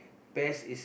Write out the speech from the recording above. best is